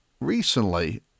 recently